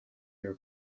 your